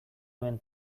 nuen